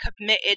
committed